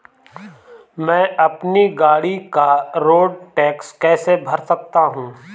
मैं अपनी गाड़ी का रोड टैक्स कैसे भर सकता हूँ?